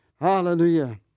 Hallelujah